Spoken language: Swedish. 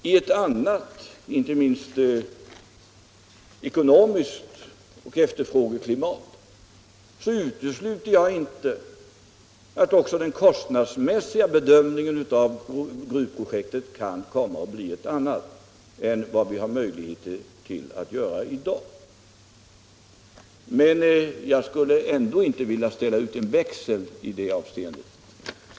I ett annat klimat, inte minst när det gäller ekonomin men också när det gäller efterfrågan, utesluter jag inte att även den kost nadsmässiga bedömningen av gruvprojektet kan komma att bli en annan än den vi i dag har möjlighet att göra. Men jag skulle ändå inte vilja ställa ut en växel i detta avseende.